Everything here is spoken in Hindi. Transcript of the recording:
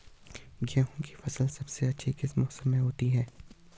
गेहूँ की फसल सबसे अच्छी किस मौसम में होती है